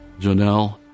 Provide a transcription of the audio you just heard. Janelle